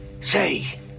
Say